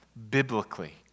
biblically